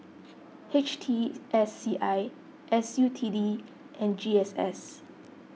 H T S C I S U T D and G S S